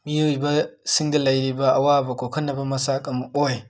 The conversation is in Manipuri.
ꯃꯤꯋꯣꯏꯕ ꯁꯤꯡꯗ ꯂꯩꯔꯤꯕꯥ ꯑꯋꯥꯕ ꯀꯣꯈꯟꯅꯕ ꯃꯁꯥꯛ ꯑꯃ ꯑꯣꯏ